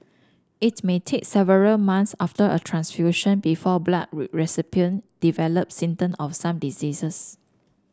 it may take several months after a transfusion before blood recipient develop symptom of some diseases